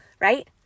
Right